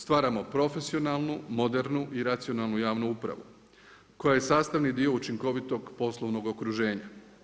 Stvaramo profesionalnu, modernu i racionalnu javnu upravu koja je sastavni dio učinkovitog poslovnog okruženja.